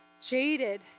jaded